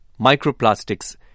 microplastics